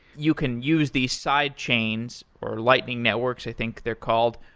you can use these side chains, or lightning networks i think they're called,